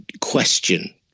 question